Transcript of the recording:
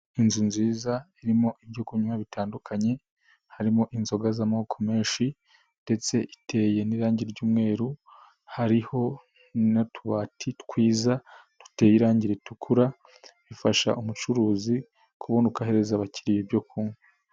Inzu nziza irimo ibyo kunywa bitandukanye, harimo inzoga z'amoko menshi ndetse iteye n'irangi ry'umweru, hariho n'utubati twiza duteye irangi ritukura, bifasha umucuruzi kubona uko ahereza abakiriya ibyo kunywa.